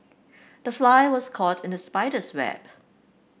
the fly was caught in the spider's web